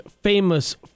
famous